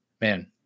man